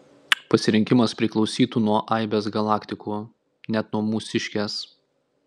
pasirinkimas priklausytų nuo aibės galaktikų net nuo mūsiškės